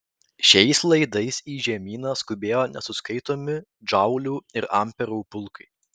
šiais laidais į žemyną skubėjo nesuskaitomi džaulių ir amperų pulkai